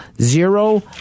zero